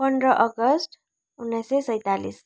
पन्ध्र अगस्त उन्नाइस सय सैँतालिस